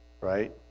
Right